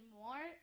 more